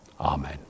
Amen